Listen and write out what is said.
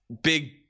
big